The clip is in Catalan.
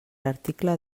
article